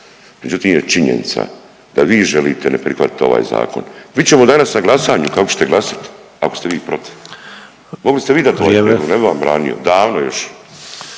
Međutim je činjenica da vi želite ne prihvatiti ovaj zakon. Vidjet ćemo danas na glasanju kako ćete glasati ako ste vi protiv, mogli ste vi dati ovaj prijedlog ne bi vam branio davno još.